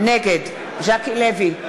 נגד ז'קי לוי,